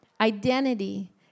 Identity